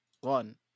one